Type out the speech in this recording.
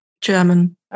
German